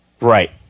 Right